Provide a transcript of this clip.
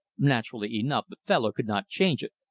naturally enough the fellow could not change it,